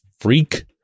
freak